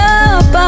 up